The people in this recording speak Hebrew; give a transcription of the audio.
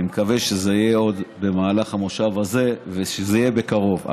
אני מקווה שזה יהיה עוד במהלך המושב הזה ושזה יהיה בקרוב,